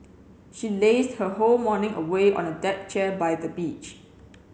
she lazed her whole morning away on a deck chair by the beach